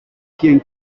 quien